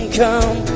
come